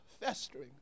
festering